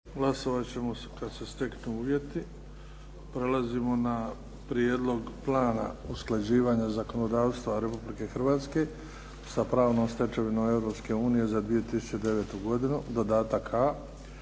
Glasovat ćemo kada se steknu uvjeti. **Šeks, Vladimir (HDZ)** Prijedlog plana usklađivanja zakonodavstva Republike Hrvatske s pravnom stečevinom Europske unije za 2009. godinu, Dodatak A